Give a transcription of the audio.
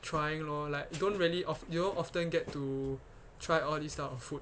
trying lor like you don't really of~ you don't often get to try all this type of food